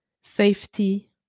safety